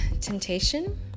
temptation